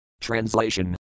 Translation